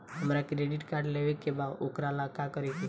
हमरा credit card लेवे के बा वोकरा ला का करी?